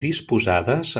disposades